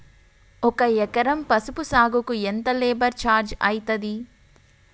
ఒక ఎకరం పసుపు సాగుకు ఎంత లేబర్ ఛార్జ్ అయితది?